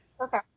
Okay